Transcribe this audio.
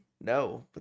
no